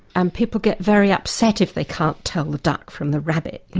and people get very upset if they can't tell the duck from the rabbit, and